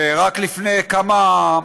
שרק לפני כמה,